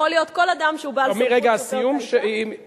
יכול להיות כל אדם שהוא בעל סמכות כלפי אותה אשה.